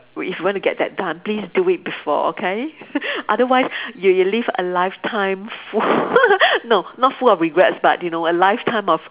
w~ if you want to get that done please do it before okay otherwise you you live a lifetime full no not full of regrets but you know a lifetime of